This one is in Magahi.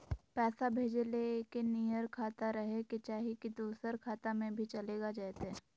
पैसा भेजे ले एके नियर खाता रहे के चाही की दोसर खाता में भी चलेगा जयते?